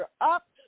up